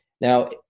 Now